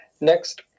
Next